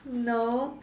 no